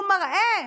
הוא מראה